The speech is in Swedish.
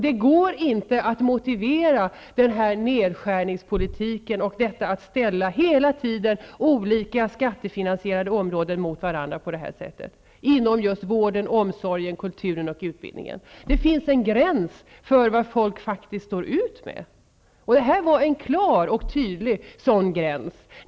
Det går inte att motivera den här nedskärningspolitiken, och detta att hela tiden ställa olika skattefinansierade områden mot varandra på detta sätt, inom just vården, omsorgen, kulturen och utbildningen. Det finns en gräns för vad folk står ut med, och det här var en klar och tydlig sådan gräns.